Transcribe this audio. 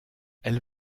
elles